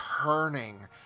turning